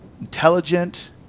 intelligent